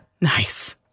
Nice